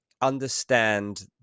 understand